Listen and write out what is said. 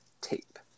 tape